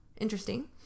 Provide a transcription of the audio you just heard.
Interesting